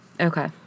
Okay